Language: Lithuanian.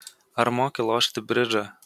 ar moki lošti bridžą